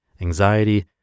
anxiety